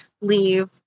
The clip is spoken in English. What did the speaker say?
leave